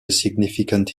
significant